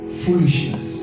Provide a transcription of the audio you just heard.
foolishness